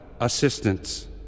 assistance